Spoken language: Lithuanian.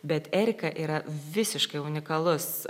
bet erika yra visiškai unikalus